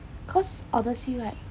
cause odyssey right